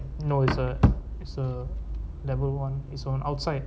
no it's a it's a level one it's on outside